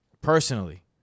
personally